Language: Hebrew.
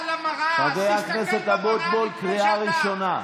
חבר הכנסת אבוטבול, קריאה ראשונה.